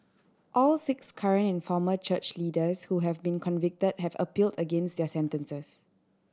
all six current and former church leaders who have been convicted have appealed against their sentences